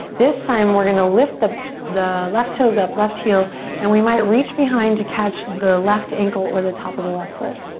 this time we're gonna lift the the left toes up, left heel and we might reach behind to catch the left ankle or the top of the left foot.